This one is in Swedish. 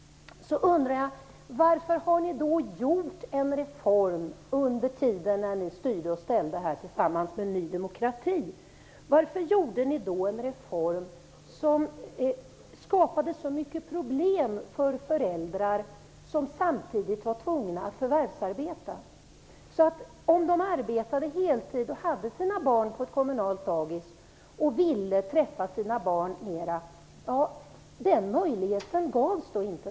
Då undrar jag varför ni, under den tid då ni styrde och ställde tillsammans med Ny demokrati, genomförde en reform som skapade så många problem för föräldrar som var tvungna att förvärvsarbeta? De som arbetade heltid, hade sina barn på ett kommunalt dagis och ville träffa dem mer fick aldrig den möjligheten.